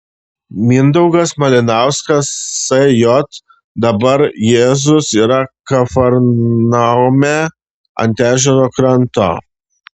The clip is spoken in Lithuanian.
mindaugas malinauskas sj dabar jėzus yra kafarnaume ant ežero kranto